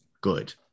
good